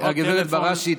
הגברת בראשי,